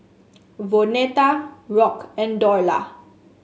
Vonetta Rock and Dorla